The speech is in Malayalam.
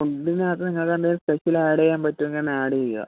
ഫുഡിനകത്ത് നിങ്ങൾക്ക് എന്തേലും സ്പെഷ്യൽ ആഡ് ചെയ്യാൻ പറ്റുവെങ്കിൽ ഒന്ന് ആഡ് ചെയ്യുക